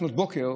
לפנות בוקר,